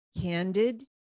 candid